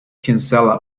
kinsella